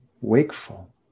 wakeful